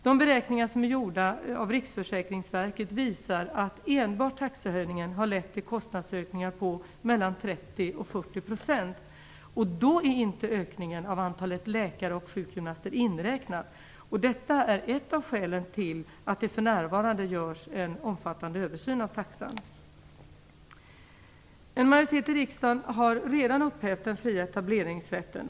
De beräkningar som är gjorda av Riksförsäkringsverket visar att enbart taxehöjningen har lett till kostnadsökningar på 30 40 %. Då är inte ökningen av antalet läkare och sjukgymnaster inräknad. Detta är ett av skälen till att det för närvarande görs en omfattande översyn av taxan. En majoritet i riksdagen har redan upphävt den fria etableringsrätten.